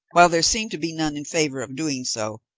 while there seemed to be none in favour of doing so,